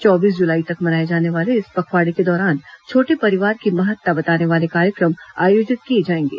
चौबीस जुलाई तक मनाए जाने वाले इस पखवाड़े के दौरान छोटे परिवार की महत्ता बताने वाले कार्यक्रम आयोजित किए जाएंगे